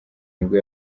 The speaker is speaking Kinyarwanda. nibwo